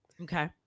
Okay